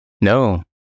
No